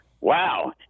wow